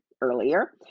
earlier